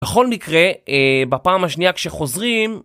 בכל מקרה, בפעם השנייה כשחוזרים...